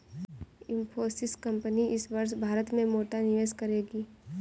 Infosys company इस वर्ष भारत में मोटा निवेश करेगी